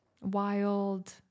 Wild